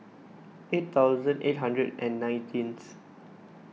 eight thousand eight hundred and nineteenth